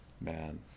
Man